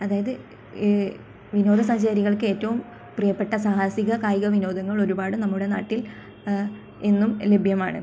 അതായത് വിനോദസഞ്ചാരികൾക്ക് ഏറ്റവും പ്രിയപ്പെട്ട സാഹസിക കായിക വിനോദങ്ങൾ ഒരുപാട് നമ്മുടെ നാട്ടിൽ ഇന്നും ലഭ്യമാണ്